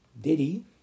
Diddy